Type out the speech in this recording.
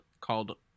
called